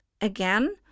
Again